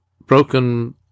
broken